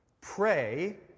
Pray